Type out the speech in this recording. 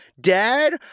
Dad